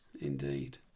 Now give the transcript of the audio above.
Indeed